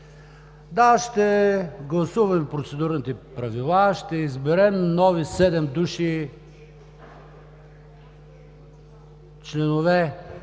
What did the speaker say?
Да, ще гласуваме Процедурните правила, ще изберем нови седем души членове